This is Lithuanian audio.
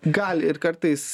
gali ir kartais